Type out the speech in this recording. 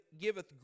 giveth